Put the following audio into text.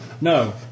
No